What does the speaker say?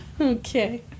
Okay